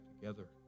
together